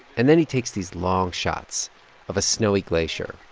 and then he takes these long shots of a snowy glacier,